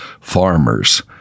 farmers